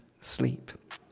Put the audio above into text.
sleep